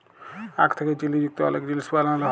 আখ থ্যাকে চিলি যুক্ত অলেক জিলিস বালালো হ্যয়